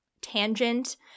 tangent